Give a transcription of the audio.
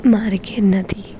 મારે ઘરે નથી